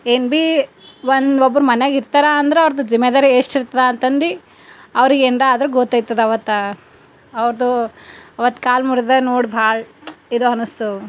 ಏನು ಬಿ ಒಂದು ಒಬ್ಬರು ಮನೆಯಾಗಿರ್ತರಂದ್ರೆ ಅವ್ರದ್ದು ಜಿಮೆದಾರಿ ಎಷ್ಟು ಇರ್ತದಾಂತಂದು ಅವರಿಗೆಂದಾದ್ರು ಗೊತ್ತಾಯಿತ್ತದ ಅವತ್ತ ಅವರದು ಅವತ್ತು ಕಾಲು ಮುರಿದು ನೋಡಿ ಭಾಳ ಇದು ಅನುಸ್ತು